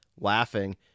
laughing